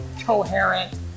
coherent